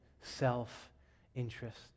self-interest